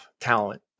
talent